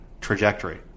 trajectory